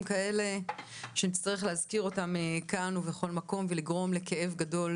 כאלה שנצטרך להזכיר אותם כאן ובכל מקום ולגרום לכאב גדול